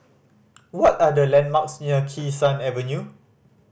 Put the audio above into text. what are the landmarks near Kee Sun Avenue